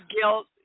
guilt